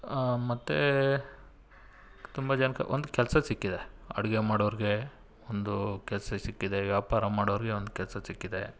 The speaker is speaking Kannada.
ಮತ್ತು ತುಂಬ ಜನಕ್ಕೆ ಒಂದು ಕೆಲಸ ಸಿಕ್ಕಿದೆ ಅಡಿಗೆ ಮಾಡೋವ್ರಿಗೆ ಒಂದು ಕೆಲಸ ಸಿಕ್ಕಿದೆ ವ್ಯಾಪಾರ ಮಾಡೋವ್ರಿಗೆ ಒಂದು ಕೆಲಸ ಸಿಕ್ಕಿದೆ